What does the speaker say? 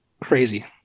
crazy